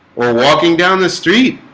or walking down the street,